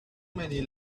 many